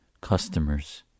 customers